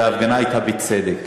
וההפגנה הייתה בצדק,